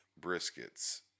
briskets